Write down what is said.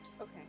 Okay